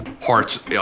parts